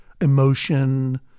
emotion